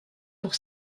pour